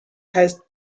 heißt